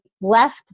left